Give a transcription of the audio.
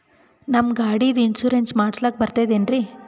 ನಮ್ಮ ಗಾಡಿದು ಇನ್ಸೂರೆನ್ಸ್ ಮಾಡಸ್ಲಾಕ ಬರ್ತದೇನ್ರಿ?